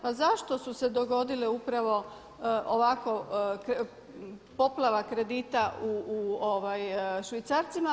Pa zašto su se dogodile upravo ovakvo poplava kredita u švicarcima?